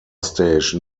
station